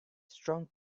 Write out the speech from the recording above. strong